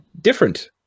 different